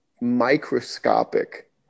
microscopic